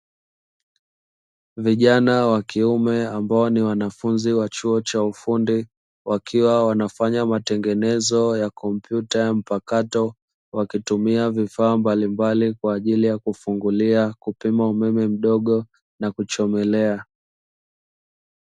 Vijana wa kiume, ambao ni wanafunzi wa chuo cha ufundi, wakiwa wanafanya matengenezo ya kompyuta ya mpakato, wakitumia vifaa mbalimbali kwa ajili ya kufungulia na kupima umeme mdogo na kuchomelea.